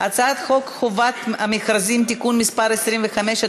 הצעת חוק חובת המכרזים (תיקון מס' 25),